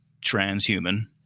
transhuman